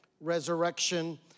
resurrection